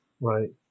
Right